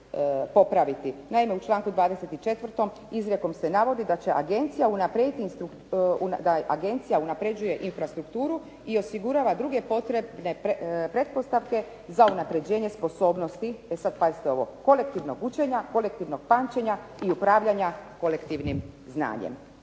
Naime, u članku 24. izrijekom se navodi da agencija unapređuje infrastrukturu i osigurava druge potrebne pretpostavke za unapređenje sposobnosti, e sad pazite ovo, kolektivnog učenja, kolektivnog pamćenja i upravljanja kolektivnim znanjem.